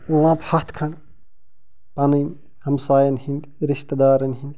lamp ہتھ کھنڈ پنٕنۍ ہمساین ہِندۍ رشتہٕ دارن ہٕندۍ